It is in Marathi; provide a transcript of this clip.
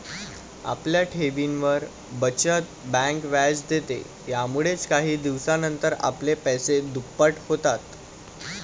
आपल्या ठेवींवर, बचत बँक व्याज देते, यामुळेच काही दिवसानंतर आपले पैसे दुप्पट होतात